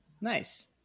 Nice